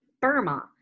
Burma